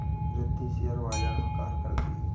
Riddhi share बाजार में कार्य करती है